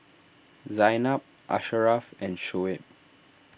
Zaynab Asharaff and Shoaib